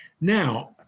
Now